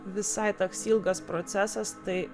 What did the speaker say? visai toks ilgas procesas tai